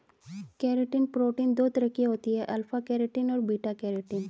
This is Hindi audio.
केरेटिन प्रोटीन दो तरह की होती है अल्फ़ा केरेटिन और बीटा केरेटिन